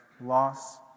loss